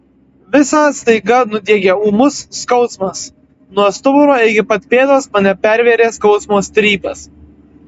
visą staiga nudiegė ūmus skausmas nuo stuburo iki pat pėdos mane pervėrė skausmo strypas